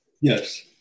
Yes